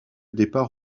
départ